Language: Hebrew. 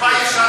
חכה.